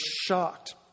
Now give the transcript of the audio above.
shocked